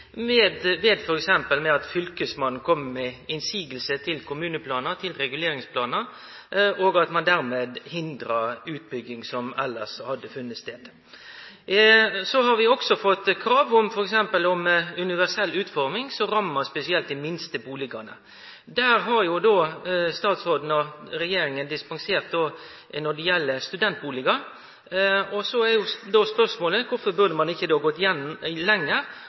med innvendingar mot kommuneplanar og reguleringsplanar, og dermed hindrar utbygging som elles kunne funne stad. Vi har òg fått krav om f.eks. universell utforming, som rammar spesielt dei minste bustadene. Der har statsråden og regjeringa dispensert når det gjeld studentbustader. Då er spørsmålet: Kvifor burde ein ikkje då gått lenger og dispensert frå kravet om universell utforming for alle bustader under 55 m2? SINTEF Byggforsk har